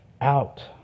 out